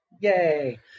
Yay